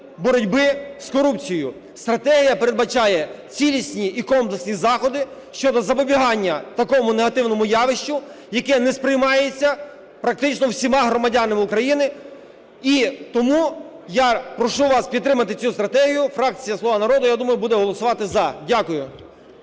боротьбі з корупцією. Стратегія передбачає цілісні і комплексні заходи щодо запобіганню такому негативному явищу, яке не сприймається практично всіма громадянами України. І тому я прошу вас підтримати цю стратегію. Фракція "Слуга народу", я думаю, буде голосувати "за". Дякую.